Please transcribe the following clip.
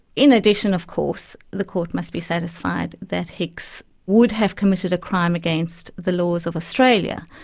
in addition, of course, the court must be satisfied that hicks would have committed a crime against the laws of australia,